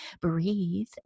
breathe